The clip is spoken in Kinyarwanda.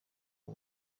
uwo